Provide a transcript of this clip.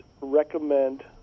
recommend